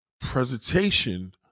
presentation